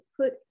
put